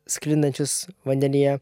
sklindančius vandenyje